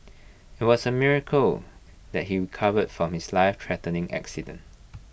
IT was A miracle that he recovered from his lifethreatening accident